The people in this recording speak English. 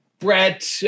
Brett